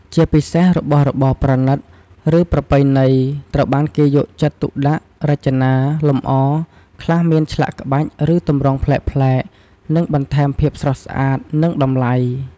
ជាពិសេសរបស់របរប្រណីត ឬប្រពៃណី ត្រូវបានគេយកចិត្តទុកដាក់រចនា លម្អ ខ្លះមានឆ្លាក់ក្បាច់ ឬទម្រង់ប្លែកៗ ដែលបន្ថែមភាពស្រស់ស្អាត និងតម្លៃ។